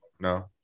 No